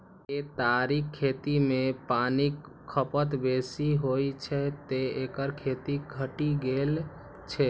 केतारीक खेती मे पानिक खपत बेसी होइ छै, तें एकर खेती घटि गेल छै